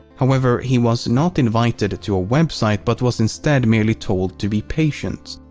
however, he was not invited to a website but was instead merely told to be patient.